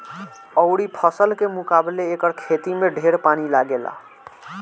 अउरी फसल के मुकाबले एकर खेती में ढेर पानी लागेला